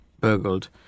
burgled